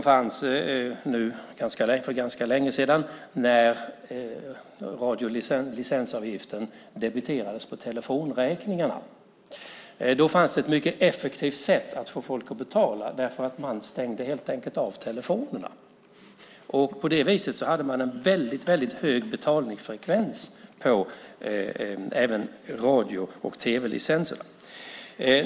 För ganska länge sedan debiterades licensavgiften på telefonräkningarna. Då fanns det ett mycket effektivt sätt att få folk att betala. Man stängde helt enkelt av telefonerna. På det viset hade man en väldigt hög betalningsfrekvens på även radio och tv-licenserna.